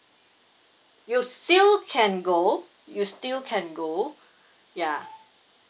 you still can go you still can go ya